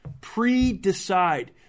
Pre-decide